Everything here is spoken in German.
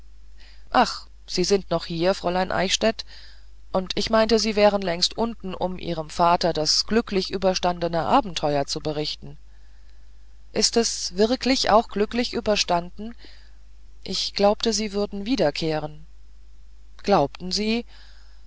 ach sie sind noch hier fräulein eichstädt und ich meinte sie wären längst unten um ihrem vater das glücklich überstandene abenteuer zu berichten ist es wirklich auch glücklich überstanden ich glaubte sie würden wiederkehren glaubten sie